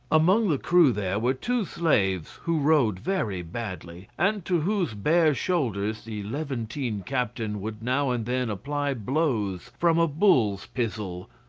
among the crew there were two slaves who rowed very badly, and to whose bare shoulders the levantine captain would now and then apply blows from a bull's pizzle.